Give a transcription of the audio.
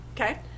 Okay